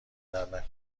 دردنکنه